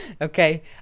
Okay